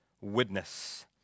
witness